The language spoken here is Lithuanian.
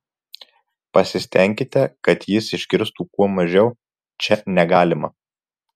pasistenkite kad jis išgirstų kuo mažiau čia negalima